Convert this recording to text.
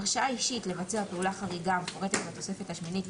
הרשאה אישית לבצע פעולה חריגה המפורטת בתוספת השמינית,